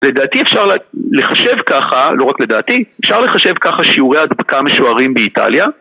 לדעתי אפשר לחשב ככה, לא רק לדעתי, אפשר לחשב ככה שיעורי הדבקה משוערים באיטליה